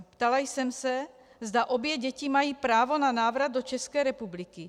Ptala jsem se, zda obě děti mají právo na návrat do České republiky.